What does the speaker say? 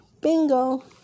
bingo